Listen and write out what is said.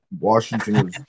Washington